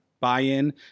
buy-in